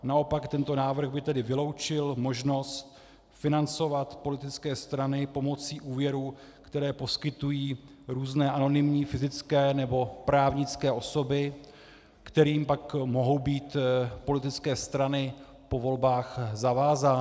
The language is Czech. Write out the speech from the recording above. Naopak tento návrh by tedy vyloučil možnost financovat politické strany pomocí úvěrů, které poskytují různé anonymní fyzické nebo právnické osoby, kterým pak mohou být politické strany po volbách zavázány.